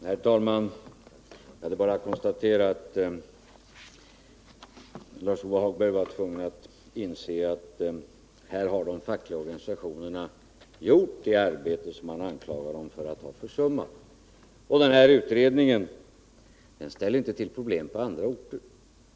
Herr talman! Det är bara att konstatera att Lars-Ove Hagberg varit tvungen att inse att de fackliga organisationerna här har gjort det arbete som man anklagar dem för att ha försummat. Utredningen ställer inte till problem på andra orter.